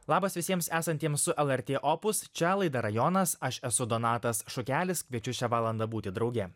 labas visiems esantiems su lrt opus čia laida rajonas aš esu donatas šukelis kviečiu šią valandą būti drauge